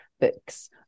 books